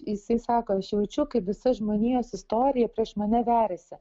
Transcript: jisai sako aš jaučiu kaip visą žmonijos istorija prieš mane veriasi